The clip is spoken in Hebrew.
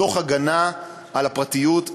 תוך הגנה על הפרטיות,